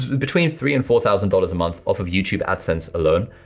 between three and four thousand dollars a month off of youtube adsense alone,